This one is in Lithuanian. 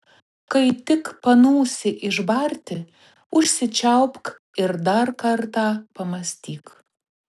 kai tik panūsi išbarti užsičiaupk ir dar kartą pamąstyk